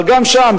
אבל גם שם,